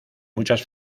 muchas